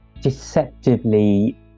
deceptively